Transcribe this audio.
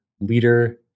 leader